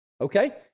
okay